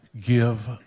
give